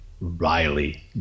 Riley